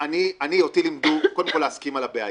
אותי לימדו קודם כול להסכים על הבעיה.